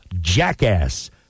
jackass